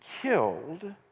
killed